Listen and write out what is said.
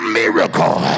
miracle